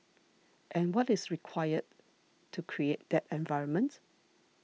and what is required to create that environment